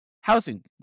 housing